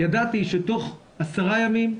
ידעתי שתוך 10 ימים,